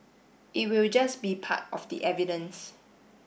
it will just be part of the evidence